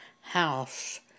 house